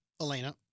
Elena